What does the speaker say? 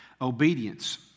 obedience